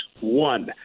One